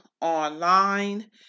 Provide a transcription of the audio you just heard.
online